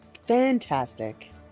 fantastic